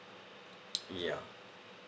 ya